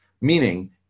meaning